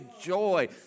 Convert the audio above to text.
joy